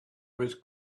was